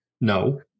no